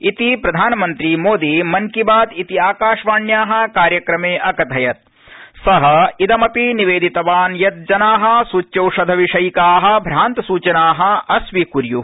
इति प्रधानमन्त्री मोदी मन की बात इति आकाशवाण्या कार्यक्रमआकथयत् स इदमपि निवद्तिवान् यत् जना सूच्यौषधविषयिका भ्रान्तसूचना अस्वीकुर्यु